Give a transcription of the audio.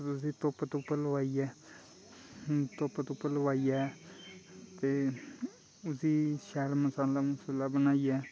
फिर उस्सी धुप्प धुप लोआइयै धुप्प धुप लोआइयै ते उस्सी शैल मसाला मुसाला बनाइयै